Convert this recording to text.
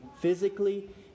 physically